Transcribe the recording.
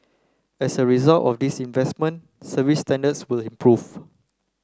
as a result of these investment service standards will improve